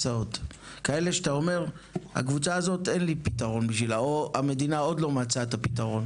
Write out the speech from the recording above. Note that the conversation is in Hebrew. כאלה שאתה אומר שהמדינה לא מצאה את הפתרון בשבילם?